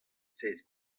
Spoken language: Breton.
seizh